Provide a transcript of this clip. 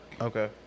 Okay